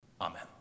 Amen